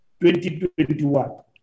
2021